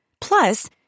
Plus